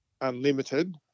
unlimited